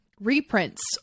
reprints